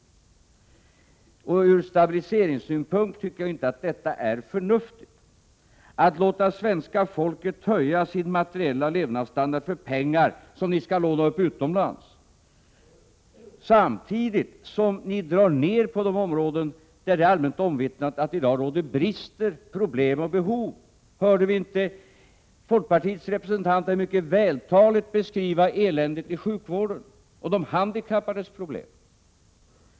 Ur stabiliseringssynpunkt tycker jag inte att det är förnuftigt att låta svenska folket höja sin materiella levnadsstandard för pengar som ni skall låna upp utomlands samtidigt som ni drar ner på de områden där det är allmänt omvittnat att det i dag råder brister, problem och behov. Hörde vi inte folkpartiets representant här mycket vältaligt beskriva eländet i sjukvården och de handikappades problem?